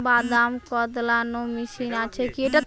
বাদাম কদলানো মেশিন আছেকি?